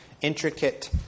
intricate